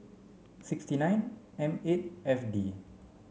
sixty nine M eight F D